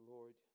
Lord